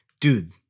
dude